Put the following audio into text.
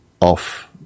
off